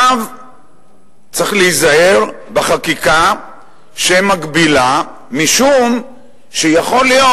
צריך להיזהר בחקיקה שמגבילה, משום שיכול להיות,